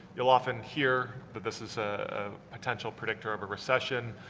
you'll often hear that this is ah a potential predictor of a recession.